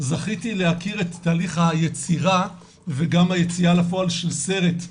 זכיתי להכיר את תהליך היצירה וגם היציאה לפועל של סרט.